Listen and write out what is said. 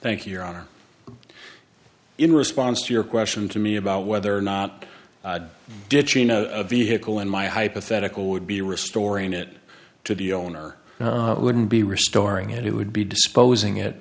thank you your honor in response to your question to me about whether or not ditching a vehicle in my hypothetical would be restoring it to the owner wouldn't be restoring it it would be disposing it